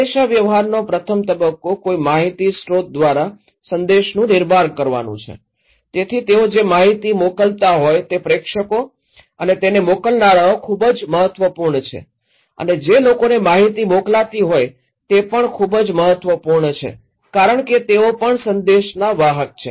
સંદેશાવ્યવહારનો પ્રથમ તબક્કો કોઈ માહિતી સ્ત્રોત દ્વારા સંદેશનું નિર્માણ કરવાનું છે તેથી તેઓ જે માહિતી મોકલતા હોય તે પ્રેક્ષકો અને તેને મોકલનારાઓ ખૂબ મહત્તવપૂર્ણ છે અને જે લોકોને માહિતી મોકલતી હોય તે પણ ખૂબ જ મહત્વપૂર્ણ છે કારણ કે તેઓ પણ સંદેશના વાહક છે